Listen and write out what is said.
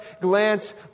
glance